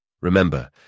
Remember